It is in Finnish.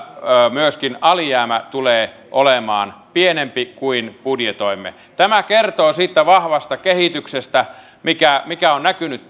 myöskin alijäämä tulee olemaan pienempi kuin budjetoimme tämä kertoo siitä vahvasta kehityksestä mikä mikä on näkynyt